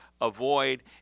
avoid